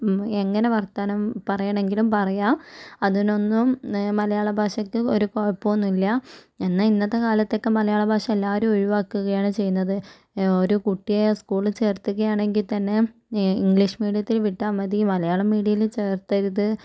എങ്ങനെ വർത്തമാനം പറയണെങ്കിലും പറയാം അതിനൊന്നും മലയാള ഭാഷയ്ക്ക് ഒര് കുഴപ്പമൊന്നും ഇല്ല എന്ന ഇന്നത്തെക്കാലത്തൊക്കെ മലയാള ഭാഷ എല്ലാവരും ഒഴിവാക്കുകയാണ് ചെയ്യുന്നത് ഒരു കുട്ടിയെ സ്കൂളിൽ ചേർത്ത്കയാണെങ്കിത്തന്നെ ഇംഗ്ലീഷ് മീഡിയത്തിൽ വിട്ടാൽ മതി മലയാള മീഡിയയിൽ ചേർത്തരുത്